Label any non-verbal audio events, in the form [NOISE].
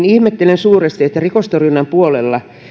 [UNINTELLIGIBLE] ihmettelen suuresti että rikostorjunnan puolella